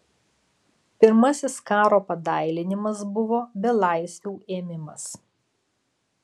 pirmasis karo padailinimas buvo belaisvių ėmimas